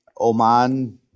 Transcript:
Oman